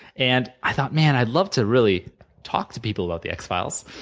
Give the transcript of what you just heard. and i thought, man. i'd love to really talk to people about the x-files,